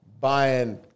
buying –